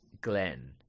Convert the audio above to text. Glenn